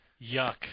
Yuck